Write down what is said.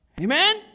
Amen